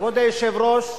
כבוד היושב-ראש,